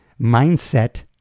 mindset